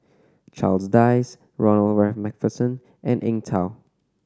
Charles Dyce Ronald Macpherson and Eng Tow